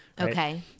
Okay